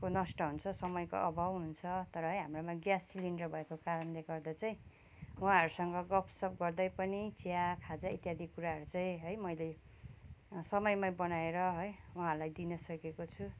को नष्ट हुन्छ समयको अभाव हुन्छ तर है हाम्रो घरमा ग्यास सिलिन्डर भएको कारणले गर्दा चाहिँ उहाँहरूसँग गफसफ गर्दै पनि चिया खाजा इत्यादि कुराहरू चाहिँ है मैले समयमै बनाएर है उहाँहरूलाई दिन सकेको छु